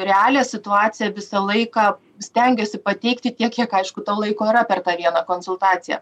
realią situaciją visą laiką stengiuosi pateikti tiek kiek aišku to laiko yra per tą vieną konsultaciją